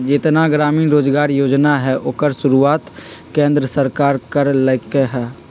जेतना ग्रामीण रोजगार योजना हई ओकर शुरुआत केंद्र सरकार कर लई ह